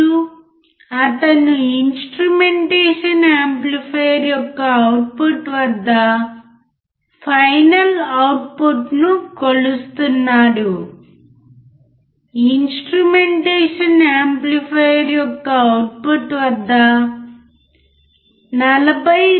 మరియు అతను instrumentation amplifier యొక్క అవుట్పుట్ వద్ద ఫైనల్ అవుట్పుట్ను కొలుస్తున్నాడు ఇన్స్ట్రుమెంటేషన్ యాంప్లిఫైయర్ యొక్క అవుట్పుట్ వద్ద 42